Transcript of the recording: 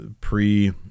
pre